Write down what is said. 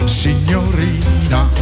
signorina